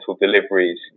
deliveries